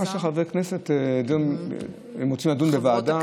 מה שחברי הכנסת, אם הם רוצים לדון בוועדה.